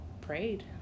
prayed